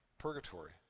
purgatory